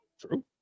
True